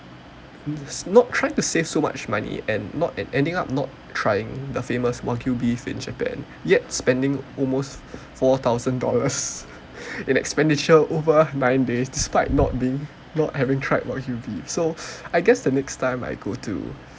not trying to save so much money and not and ending up not trying the famous wagyu beef in japan yet spending almost four thousand dollars in expenditure over nine days despite not being not having tried wagyu beef so I guess the next time I go to